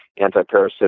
antiparasitic